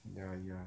ya ya